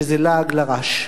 וזה לעג לרש.